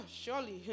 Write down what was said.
surely